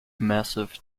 massif